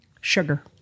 sugar